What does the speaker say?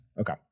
Okay